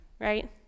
Right